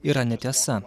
yra netiesa